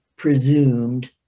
presumed